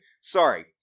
Sorry